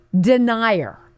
denier